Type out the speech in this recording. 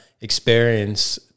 experience